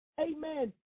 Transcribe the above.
amen